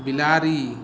बिलाड़ि